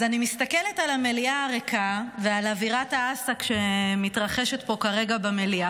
אז אני מסתכלת על המליאה הריקה ועל אווירת האס"ק שמתרחשת פה כרגע במליאה